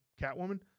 catwoman